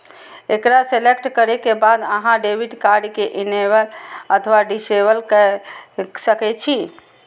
एकरा सेलेक्ट करै के बाद अहां डेबिट कार्ड कें इनेबल अथवा डिसेबल कए सकै छी